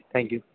thank you